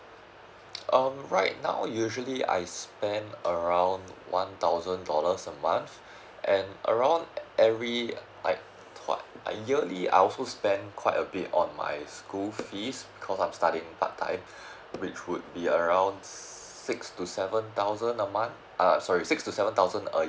um right now usually I spend around one thousand dollars a month and around every like twice~ yearly I also spend quite a bit on my school fees because I'm studying part time which would be around six to seven thousand a month err sorry six to seven thousand a year